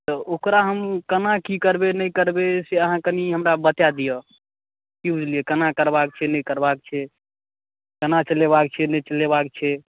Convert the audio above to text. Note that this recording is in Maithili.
तऽ ओकरा हम केना की करबै नहि करबै से अहाँ कनी हमरा बता दिअ की बुझलियै केना करबाक छै नहि करबाक छै केना चलेबाक छै नहि चलेबाक छै